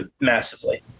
massively